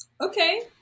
Okay